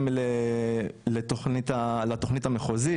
חורש לשימור ויער טבעי בתמ"א 1 ללא שיפוט",